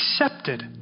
accepted